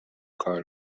کار